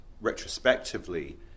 retrospectively